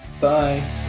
Bye